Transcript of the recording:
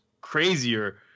crazier